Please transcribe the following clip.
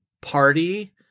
party